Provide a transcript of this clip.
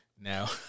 now